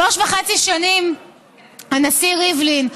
שלוש וחצי שנים הנשיא ריבלין,